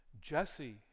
Jesse